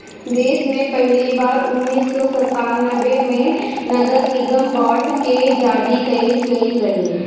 देस में पहिली बार उन्नीस सौ संतान्बे में नगरनिगम बांड के जारी कईल गईल रहे